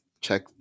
check